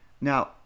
Now